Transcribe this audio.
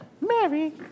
Mary